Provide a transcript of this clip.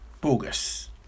bogus